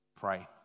Pray